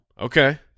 Okay